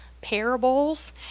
parables